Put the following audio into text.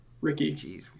Ricky